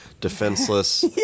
defenseless